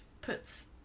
puts